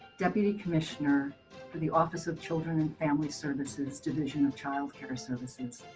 deputy commissioner for the office of children and family services, division of child care services.